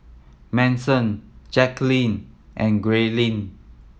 Manson Jacquelin and Grayling